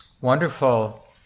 wonderful